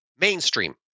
mainstream